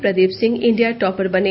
Pradeep Singh India topper बने